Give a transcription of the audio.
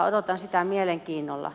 odotan sitä mielenkiinnolla